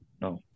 No